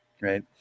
Right